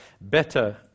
better